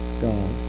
God